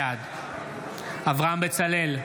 בעד אברהם בצלאל,